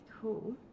Cool